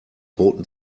roten